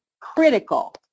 critical